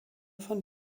von